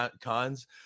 cons